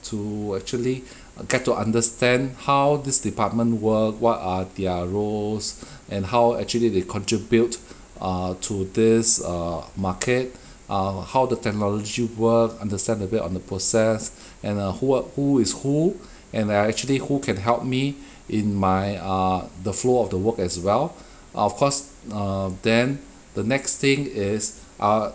to actually get to understand how this department work what are their roles and how actually they contribute err to this err market uh how the technology work understand a bit on the process and uh who a~ who is who and there err actually who can help me in my uh the flow of the work as well of course err then the next thing is uh